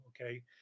Okay